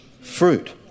fruit